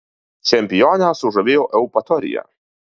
čempionę sužavėjo eupatorija